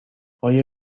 آیا